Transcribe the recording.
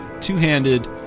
two-handed